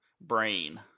brain